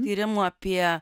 tyrimų apie